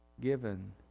given